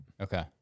Okay